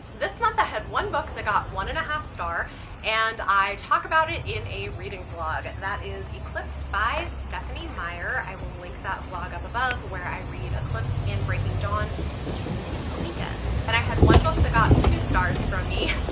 this month i had one book that got one and a half star and i talk about it in a reading vlog. that is eclipse by stephanie meyer. i will link that vlog up above where i read eclipse and breaking dawn in a weekend. and i had one book that got two stars from me